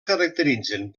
caracteritzen